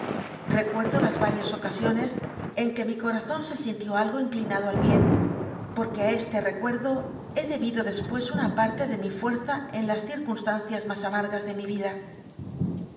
recuerdo las varias ocasiones en que mi co razón se sintió algo inclinado al bien porque a este recuerdo he debido después una parte de mi fuerza en las circunstancias más amargas de mi vida